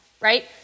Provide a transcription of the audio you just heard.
right